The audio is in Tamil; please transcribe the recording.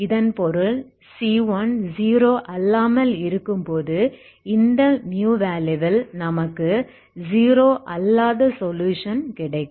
இதன் பொருள் c1 0 அல்லாமல் இருக்கும்போது இந்த வேல்யூவில் நமக்கு 0 அல்லாத சொலுயுஷன் கிடைக்கும்